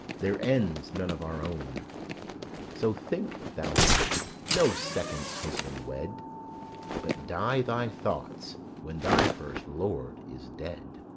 their ends none of our own so think thou wilt no second husband wed but die thy thoughts when thy first lord is dead.